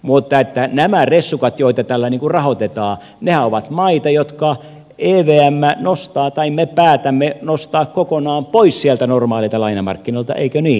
mutta nämä ressukat joita tällä rahoitetaan ovat maita jotka evm nostaa tai me päätämme nostaa kokonaan pois sieltä normaaleilta lainamarkkinoilta eikö niin